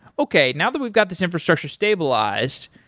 okay now that we've got this infrastructure stabilized,